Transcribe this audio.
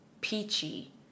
peachy